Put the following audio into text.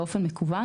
באופן מקוון,